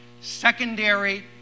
secondary